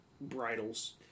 Bridles